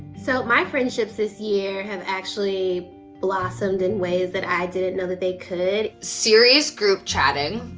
so my friendships this year have actually blossomed in ways that i didn't know that they could. serious group chatting,